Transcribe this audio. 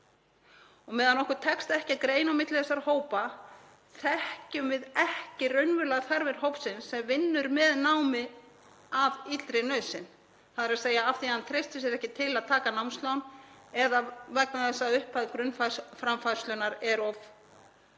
Á meðan okkur tekst ekki að greina á milli þessara hópa þekkjum við ekki raunverulegar þarfir hópsins sem vinnur með námi af illri nauðsyn, þ.e. af því að hann treystir sér ekki til að taka námslán eða vegna þess að upphæð grunnframfærslunnar er of lág.